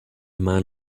man